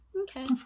okay